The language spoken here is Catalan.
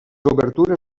obertures